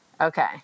Okay